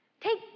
take